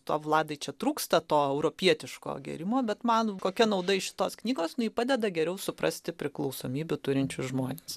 to vladai čia trūksta to europietiško gėrimo bet man kokia nauda iš šitos knygos nu ji padeda geriau suprasti priklausomybių turinčius žmones